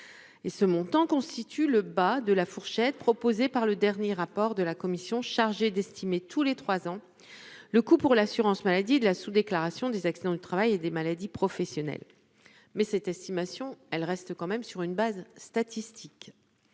et ce montant constitue le bas de la fourchette proposée par le dernier rapport de la commission chargée d'estimer tous les 3 ans, le coût pour l'assurance maladie de la sous-déclaration des accidents du travail et des maladies professionnelles, mais cette estimation, elle reste quand même sur une base statistique,